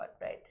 right